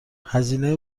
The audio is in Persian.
هزینه